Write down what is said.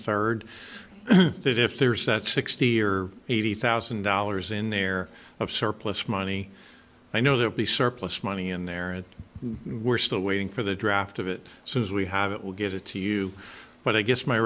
third is if there's that sixty or eighty thousand dollars in there of surplus money i know there will be surplus money in there and we're still waiting for the draft of it so as we have it will give it to you but i guess my